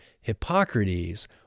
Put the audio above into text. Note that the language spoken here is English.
Hippocrates